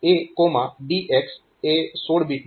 IN ADX એ 16 bit માટે છે